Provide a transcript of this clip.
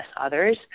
others